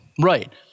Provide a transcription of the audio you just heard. right